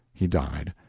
he died.